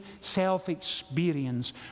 self-experience